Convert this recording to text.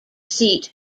seat